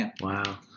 Wow